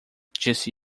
disse